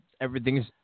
Everything's